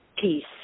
peace